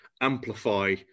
amplify